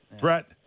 Brett